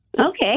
Okay